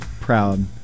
proud